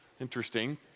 Interesting